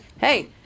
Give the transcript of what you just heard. Hey